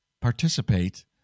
participate